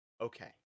Okay